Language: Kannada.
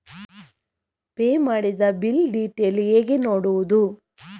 ಪೇ ಮಾಡಿದ ಬಿಲ್ ಡೀಟೇಲ್ ಹೇಗೆ ನೋಡುವುದು?